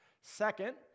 Second